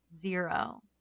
zero